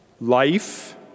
Life